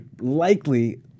likely